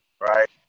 right